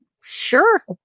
Sure